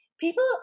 people